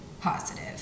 positive